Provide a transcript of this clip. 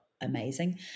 amazing